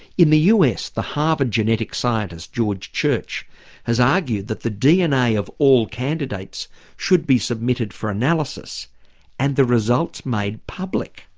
in the us the harvard genetic scientist george church has argued that the dna of all candidates should be submitted for analysis and the results made public,